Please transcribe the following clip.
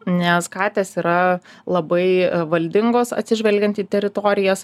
nes katės yra labai valdingos atsižvelgiant į teritorijas